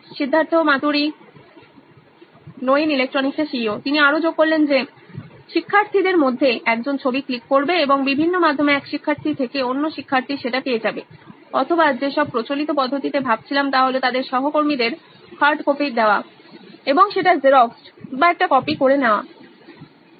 সিদ্ধার্থ মাতুরি প্রধান নির্বাহী কর্মকর্তা C E O nine electronics শিক্ষার্থীদের মধ্যে একজন ছবি ক্লিক করবে এবং বিভিন্ন মাধ্যমে এক শিক্ষার্থী থেকে অন্য শিক্ষার্থী সেটা পেয়ে যাবে অথবা যে সব প্রচলিত পদ্ধতিতে ভাবছিলাম তা হল তাদের সহকর্মীদের হার্ডকপি দেওয়া এবং সেটা জেরক্সড বা একটি কপি করে নেওয়ানো